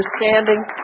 understanding